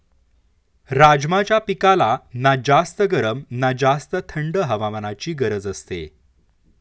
राजमाच्या पिकाला ना जास्त गरम ना जास्त थंड हवामानाची गरज असते